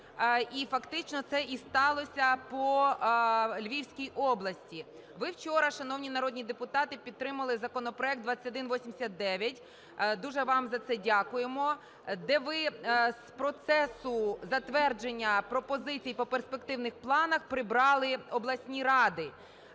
і фактично це і сталося по Львівській області. Ви вчора, шановні народні депутати, підтримали законопроект 2189, дуже вам за це дякуємо, де ви з процесу затвердження пропозицій по перспективним планам прибрали обласні ради.